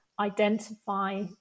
identify